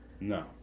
No